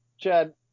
Chad